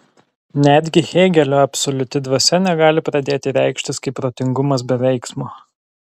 netgi hėgelio absoliuti dvasia negali pradėti reikštis kaip protingumas be veiksmo